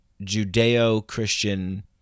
judeo-christian